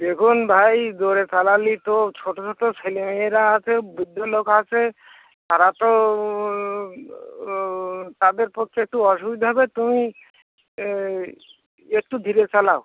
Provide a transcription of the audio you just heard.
দেখুন ভাই জোরে চালালে তো ছোট ছোট ছেলে মেয়েরা আছে বৃদ্ধ লোক আছে তারা তো তাদের পক্ষে একটু অসুবিধা হবে তুমি একটু ধীরে চালাও